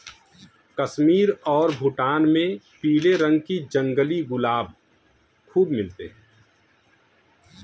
कश्मीर और भूटान में पीले रंग के जंगली गुलाब खूब मिलते हैं